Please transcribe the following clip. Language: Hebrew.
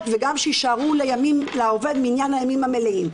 וגם שיישארו לעובד מניין הימים המלאים.